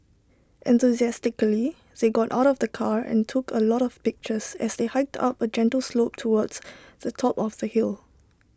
enthusiastically they got out of the car and took A lot of pictures as they hiked up A gentle slope towards the top of the hill